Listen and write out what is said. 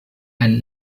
and